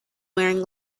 wearing